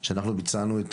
כשאנחנו ביצענו את